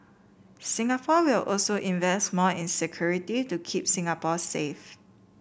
Singapore will also invest more in security to keep Singapore safe